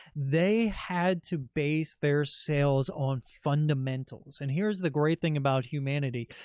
they had to base their sales on fundamentals. and here's the great thing about humanity.